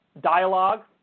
dialogue